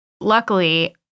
Luckily